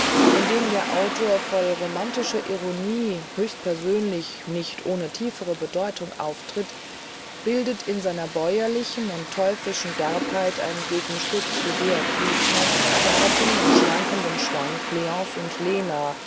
dem der autor voll romantischer ironie höchstpersönlich nicht ohne tiefere bedeutung auftritt bildet in seiner bäuerlichen und teuflischen derbheit ein gegenstück zu georg büchners zartem und schwankem schwank leonce und lena